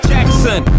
Jackson